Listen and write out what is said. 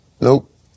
nope